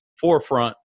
forefront